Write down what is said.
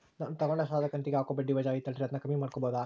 ನಾನು ತಗೊಂಡ ಸಾಲದ ಕಂತಿಗೆ ಹಾಕೋ ಬಡ್ಡಿ ವಜಾ ಐತಲ್ರಿ ಅದನ್ನ ಕಮ್ಮಿ ಮಾಡಕೋಬಹುದಾ?